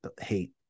hate